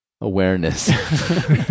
Awareness